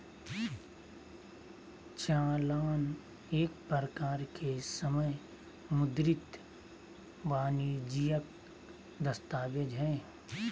चालान एक प्रकार के समय मुद्रित वाणिजियक दस्तावेज हय